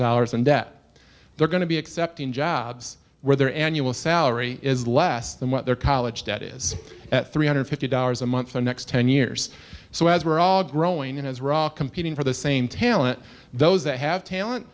dollars in debt they're going to be accepting jobs where their annual salary is less than what their college debt is at three hundred fifty dollars a month the next ten years so as we're all growing and as we're all competing for the same talent those that have talent